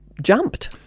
jumped